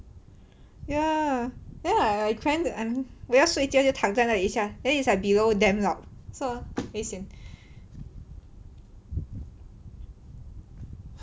ya ya I'm trying I'm 我要睡觉就躺在那里一下 then it's like below damn loud so very sian